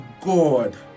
God